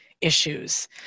issues